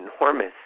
enormous